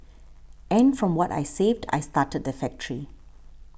and from what I saved I started the factory